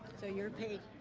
so your page